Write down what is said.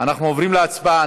אנחנו עוברים להצבעה.